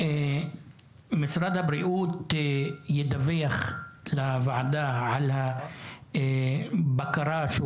משרד הבריאות ידווח לוועדה על הבקרה שהוא